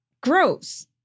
gross